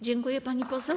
Dziękuję, pani poseł.